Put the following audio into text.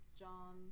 John